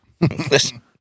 Listen